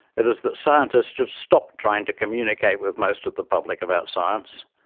it is that scientists should stop trying to communicate with most of the public about science.